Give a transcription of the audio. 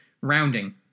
Rounding